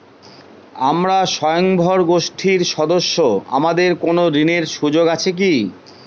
আমরা স্বয়ম্ভর গোষ্ঠীর সদস্য আমাদের কোন ঋণের সুযোগ আছে কি?